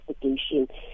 investigation